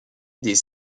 des